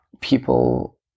people